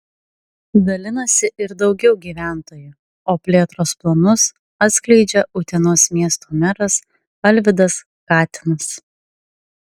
dalinasi ir daugiau gyventojų o plėtros planus atskleidžia utenos miesto meras alvydas katinas